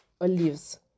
olives